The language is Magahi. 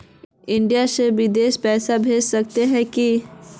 इंडिया से बिदेश पैसा भेज सके है की?